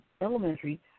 Elementary